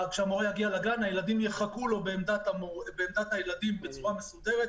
כשהמורה יגיע לגן הילדים יחכו לו בעמדת הילדים בצורה מסודרת,